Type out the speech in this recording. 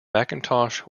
macintosh